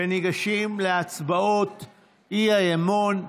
וניגשים להצבעות האי-אמון.